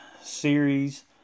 series